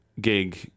gig